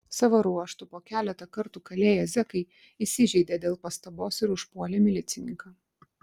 savo ruožtu po keletą kartų kalėję zekai įsižeidė dėl pastabos ir užpuolė milicininką